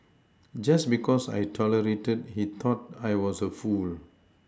just because I tolerated he thought I was a fool